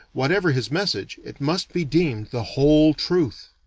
whatever his message, it must be deemed the whole truth.